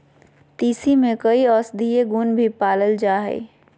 तीसी में कई औषधीय गुण भी पाल जाय हइ